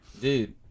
Dude